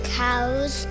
cows